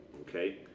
okay